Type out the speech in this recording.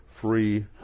free